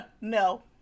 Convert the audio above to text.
no